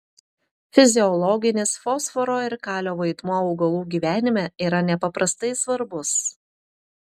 fiziologinis fosforo ir kalio vaidmuo augalų gyvenime yra nepaprastai svarbus